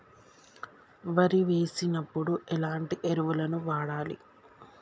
వరి వేసినప్పుడు ఎలాంటి ఎరువులను వాడాలి?